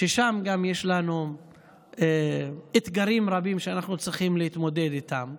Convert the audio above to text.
שגם שם יש לנו אתגרים רבים שאנחנו צריכים להתמודד איתם.